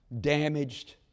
damaged